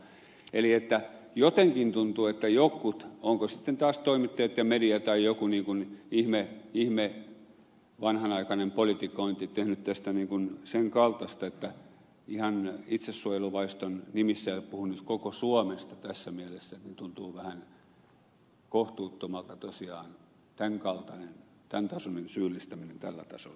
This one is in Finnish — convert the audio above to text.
eli jotenkin tuntuu että jotkut onko sitten taas toimittajat ja media tai joku ihme vanhanaikainen politikointi ovat tehneet tästä sen kaltaista että ihan itsesuojeluvaiston nimissä ja puhun nyt koko suomesta tässä mielessä tuntuu vähän kohtuuttomalta tosiaan tämän kaltainen tämän tasoinen syyllistäminen tällä tasolla